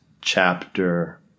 chapter